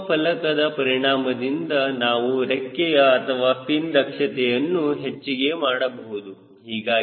ಅಂತಿಮ ಫಲಕದ ಪರಿಣಾಮದಿಂದ ನಾವು ರೆಕ್ಕೆಯ ಅಥವಾ ಫಿನ್ ದಕ್ಷತೆಯನ್ನು ಹೆಚ್ಚಿಗೆ ಮಾಡಬಹುದು